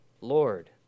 Lord